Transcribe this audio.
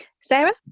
Sarah